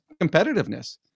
competitiveness